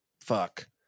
fuck